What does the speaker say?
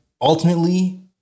ultimately